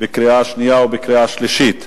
בקריאה שנייה ובקריאה שלישית.